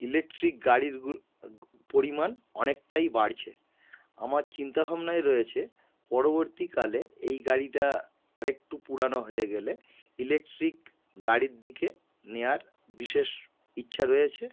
electric গাড়ির গু পরিমাণ অনেকটাই বাড়ছে আমার চিন্তা ভাবনায় রয়েছে পরবর্তীকালে এই গাড়িটা আরেকটু পুরোনো হয়ে গেলে ইলেকট্রিক গাড়ির দিকে নেওয়ার বিশেষ ইচ্ছা রয়েছে